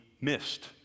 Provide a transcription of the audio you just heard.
missed